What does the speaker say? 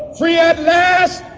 free at last,